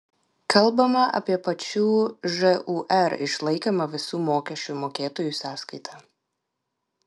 kalbama apie pačių žūr išlaikymą visų mokesčių mokėtojų sąskaita